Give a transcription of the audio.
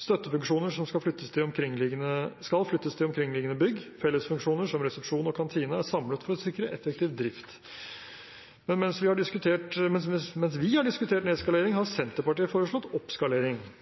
Støttefunksjoner skal flyttes til omkringliggende bygg. Fellesfunksjoner som resepsjon og kantine er samlet for å sikre effektiv drift. Men mens vi har diskutert nedskalering, har Senterpartiet foreslått oppskalering. For bare ett år siden foreslo Senterpartiet